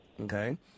Okay